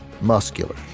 muscular